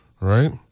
right